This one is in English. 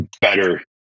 better